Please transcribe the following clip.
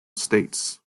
states